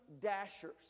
dashers